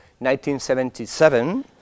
1977